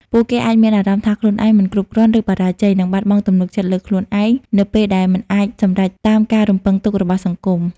ពួកគេអាចមានអារម្មណ៍ថាខ្លួនឯងមិនគ្រប់គ្រាន់ ឬបរាជ័យ និងបាត់បង់ទំនុកចិត្តលើខ្លួនឯង នៅពេលដែលមិនអាចសម្រេចតាមការរំពឹងទុករបស់សង្គម ។